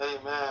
Amen